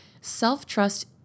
Self-trust